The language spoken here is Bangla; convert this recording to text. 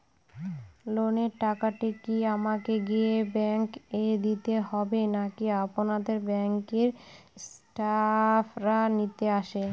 লোনের টাকাটি কি আমাকে গিয়ে ব্যাংক এ দিতে হবে নাকি আপনাদের ব্যাংক এর স্টাফরা নিতে আসে?